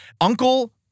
Uncle